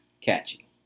catchy